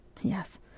Yes